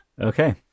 Okay